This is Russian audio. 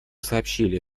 сообщили